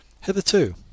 Hitherto